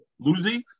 Luzi